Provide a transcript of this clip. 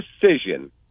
decision